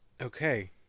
okay